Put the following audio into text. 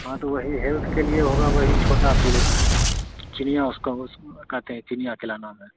हाँ तो वही हेल्थ के लिए होगा वही छोटा चिनिया उसका उस कहते हैं चिनिया केला नाम है